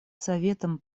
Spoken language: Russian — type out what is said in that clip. советом